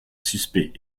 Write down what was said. suspect